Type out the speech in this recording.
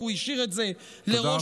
כי הוא השאיר את זה לראש אכ"א.